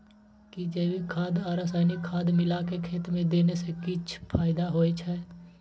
कि जैविक खाद आ रसायनिक खाद मिलाके खेत मे देने से किछ फायदा होय छै?